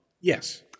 yes